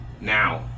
Now